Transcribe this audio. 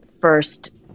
first